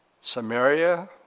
Samaria